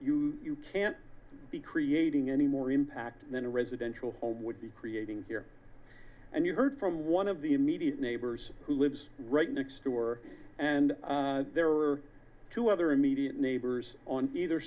you can't be creating any more impact than a residential home would be creating here and you heard from one of the immediate neighbors who lives right next door and there are two other immediate neighbors on either